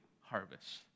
harvest